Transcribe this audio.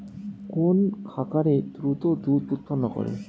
কোন খাকারে দ্রুত দুধ উৎপন্ন করে?